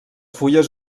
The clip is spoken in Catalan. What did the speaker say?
fulles